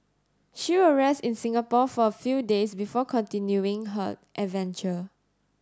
she will rest in Singapore for a few days before continuing her adventure